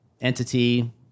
entity